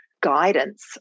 guidance